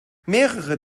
mehrere